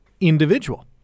individual